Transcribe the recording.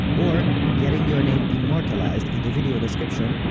or getting your name immortalized in the video description,